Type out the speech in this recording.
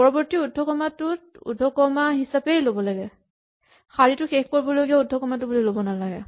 পৰৱৰ্তী উদ্ধকমাটোক উদ্ধকমা হিচাপেই ল'ব লাগে শাৰীটো শেষ কৰিবলগীয়া উদ্ধকমাটো বুলি ল'ব নালাগে